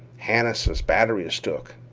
hannises' batt'ry is took.